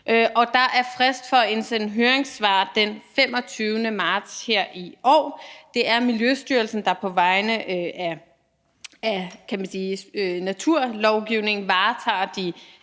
og der er frist for at indsende høringssvar den 25. marts i år. Det er Miljøstyrelsen, der på vegne af naturlovgivningen, kan man